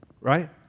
right